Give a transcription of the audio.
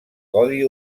codi